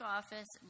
office